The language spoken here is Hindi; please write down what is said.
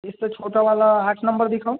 इससे छोटा वाला आठ नंबर दिखाऊँ